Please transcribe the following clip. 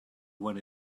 what